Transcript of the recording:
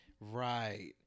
Right